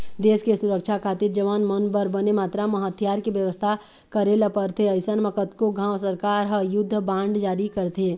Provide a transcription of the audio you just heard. देस के सुरक्छा खातिर जवान मन बर बने मातरा म हथियार के बेवस्था करे ल परथे अइसन म कतको घांव सरकार ह युद्ध बांड जारी करथे